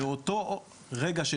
באותו רגע,